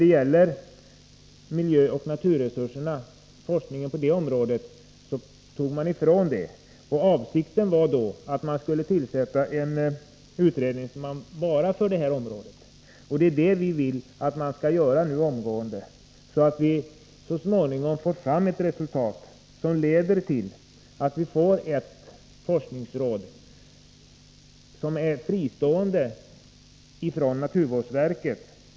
Forskningen om miljö och naturresurser undantogs dock i det sammanhanget, och avsikten var då att man skulle tillsätta en särskild utredningsman för enbart detta område. Det är också det som vi nu vill att man omgående skall göra, så att vi så småningom får fram ett resultat, som leder till att vi får ett forskningsråd som är fristående från naturvårdsverket.